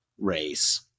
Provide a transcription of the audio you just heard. race